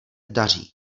daří